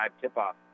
tip-off